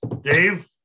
Dave